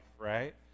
right